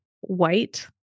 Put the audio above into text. white